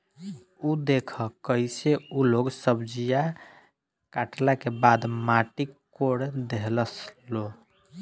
उ देखऽ कइसे उ लोग सब्जीया काटला के बाद माटी कोड़ देहलस लो